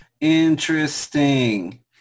Interesting